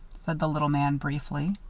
said the little man, briefly.